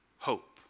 Hope